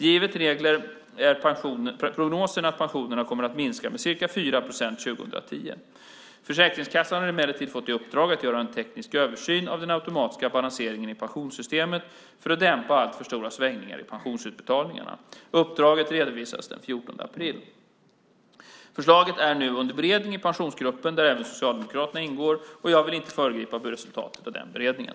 Givet dagens regler är prognosen att pensionerna kommer att minska med ca 4 procent 2010. Försäkringskassan har emellertid fått i uppdrag att göra en teknisk översyn av den automatiska balanseringen i pensionssystemet för att dämpa alltför stora svängningar i pensionsutbetalningarna. Uppdraget redovisades den 14 april. Förslaget är nu under beredning i pensionsgruppen, där även Socialdemokraterna ingår. Jag vill inte föregripa resultatet av den beredningen.